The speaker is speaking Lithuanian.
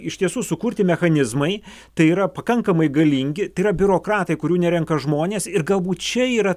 iš tiesų sukurti mechanizmai tai yra pakankamai galingi tai yra biurokratai kurių nerenka žmonės ir galbūt čia yra